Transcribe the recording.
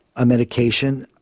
a medication,